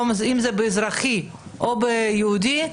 אם זה בקבורה אזרחית או בקבורה יהודית,